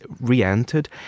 re-entered